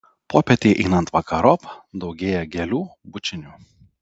popietei einant vakarop daugėja gėlių bučinių